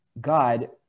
God